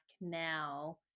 now